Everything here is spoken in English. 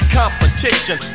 competition